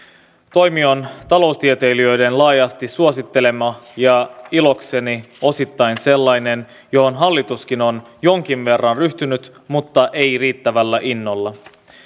toimi on taloustieteilijöiden laajasti suosittelema ja ilokseni osittain sellainen johon hallituskin on jonkin verran ryhtynyt mutta ei riittävällä innolla